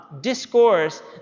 discourse